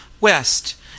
West